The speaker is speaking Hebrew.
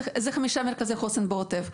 זה חמישה מרכזי חוסן בעוטף.